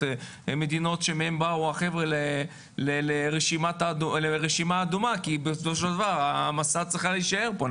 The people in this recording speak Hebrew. מהם באו החבר'ה לרשימה האדומה כי מסע צריכים להישאר פה.